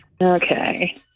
Okay